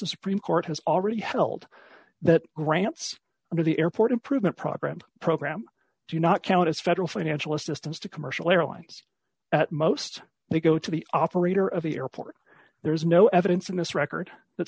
the supreme court has already held that grants under the airport improvement program program do not count as federal financial assistance to commercial airlines at most they go to the operator of the airport there is no evidence in this record that